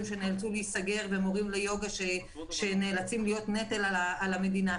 שנאלצו להיסגר ומורים ליוגה שנאלצים להיות נטל על המדינה.